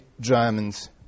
Germans